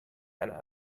einer